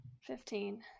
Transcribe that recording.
Fifteen